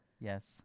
yes